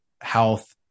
health